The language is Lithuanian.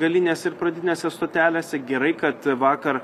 galinės ir pradinėse stotelėse gerai kad vakar